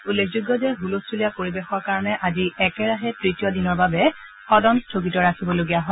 উল্লেখযোগ্য যে হুলস্থূলীয়া পৰিবেশৰ কাৰণে আজি একেৰাহে তৃতীয় দিনৰ বাবে সদন স্থগিত ৰাখিবলগীয়া হয়